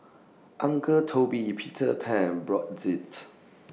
Uncle Toby's Peter Pan Brotzeit's